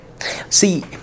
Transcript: See